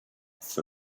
for